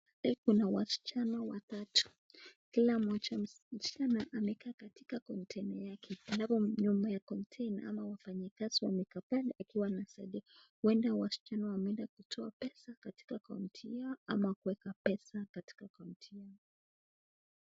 Hapa kuna wasichana watatu, kila mmoja msichana amekaa katika container yake halafu nyuma ya container ,ama wafanyikazi wamekaa pale wakiwa wanasaidia. Huenda wasichana wameenda kutoa pesa katika akaunti yao ama kuweka pesa katika akaunti yao.